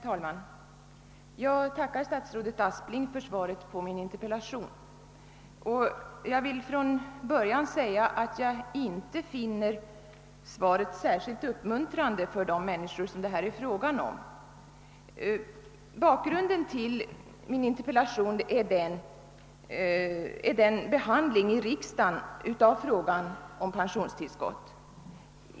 Herr talman! Jag tackar statsrådet Aspling för svaret på min interpellation, men jag vill från början säga att jag inte finner det särskilt uppmuntrande för de människor det här är fråga om. Bakgrunden till min interpellation är riksdagens behandling av frågan om pensionstillskott.